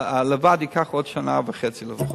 לבד ייקח עוד שנה וחצי לפחות,